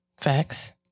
Facts